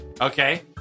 okay